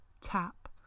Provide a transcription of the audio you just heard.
tap